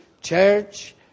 church